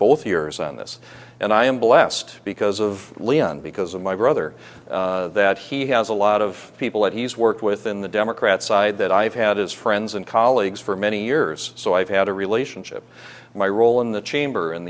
both years on this and i am blessed because of leon because of my brother that he has a lot of people that he's worked with in the democrat side that i've had as friends and colleagues for many years so i've had a relationship my role in the chamber